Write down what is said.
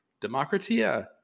Demokratia